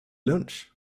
lunch